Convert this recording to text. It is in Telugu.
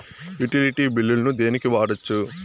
యుటిలిటీ బిల్లులను దేనికి వాడొచ్చు?